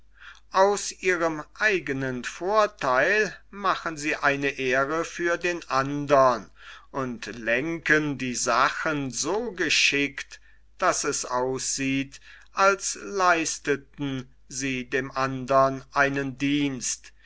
aus ihrem eigenen vortheil machen sie eine ehre für den andern und lenken die sachen so geschickt daß es aussieht als leisteten sie dem andern einen dienst